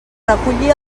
reculli